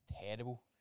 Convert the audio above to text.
terrible